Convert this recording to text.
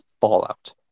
fallout